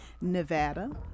Nevada